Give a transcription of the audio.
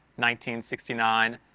1969